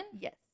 Yes